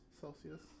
Celsius